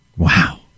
Wow